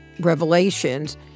revelations